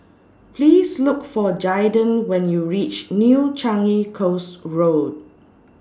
Please Look For Jaiden when YOU REACH New Changi Coast Road